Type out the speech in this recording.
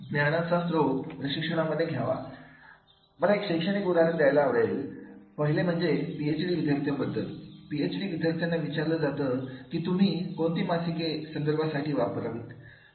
ज्ञानाचा स्त्रोत प्रशिक्षणामध्ये घ्यावा मला एक शैक्षणिक उदाहरण द्यायला आवडेल पहिले म्हणजे पीएचडी विद्यार्थ्यांबाबत पीएचडी विद्यार्थ्यांना विचारलं जातंकी तुम्ही कोणती मासिके संदर्भ साठी वापरावी